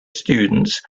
students